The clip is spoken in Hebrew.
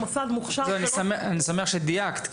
אני שמח שדייקת.